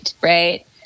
Right